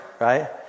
right